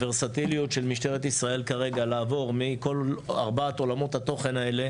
הוורסטיליות של משטרת ישראל כרגע לעבור מכל ארבעת עולמות התוכן האלה